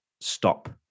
stop